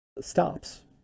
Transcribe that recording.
stops